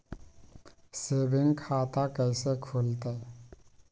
Saving खाता कैसे खुलतई?